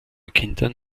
kindern